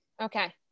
Okay